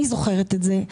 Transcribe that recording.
אני זוכרת את זה.